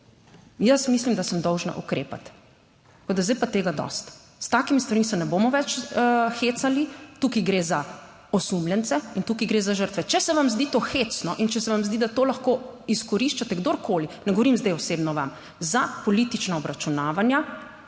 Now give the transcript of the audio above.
jaz mislim, da sem dolžna ukrepati. Tako da zdaj je pa tega dosti, s takimi stvarmi se ne bomo več hecali, tukaj gre za osumljence in tukaj gre za žrtve. Če se vam zdi to hecno in če se vam zdi, da to lahko izkoriščate, kdorkoli, ne govorim zdaj osebno vam za politična obračunavanja,